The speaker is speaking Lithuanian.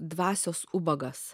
dvasios ubagas